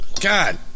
God